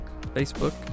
facebook